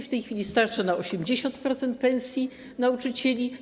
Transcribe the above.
W tej chwili starcza na 80% pensji nauczycieli.